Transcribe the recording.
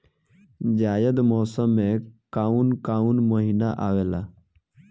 जायद मौसम में काउन काउन महीना आवेला?